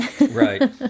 Right